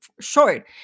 short